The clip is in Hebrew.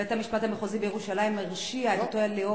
בית-המשפט המחוזי בירושלים הרשיע את אותו אליאור